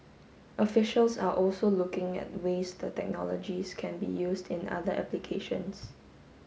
officials are also looking at ways the technologies can be used in other applications